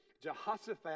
Jehoshaphat